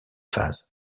phases